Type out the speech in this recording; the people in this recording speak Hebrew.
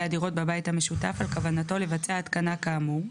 הדירות בבית המשותף על כוונתו לבצע התקנה כאמור,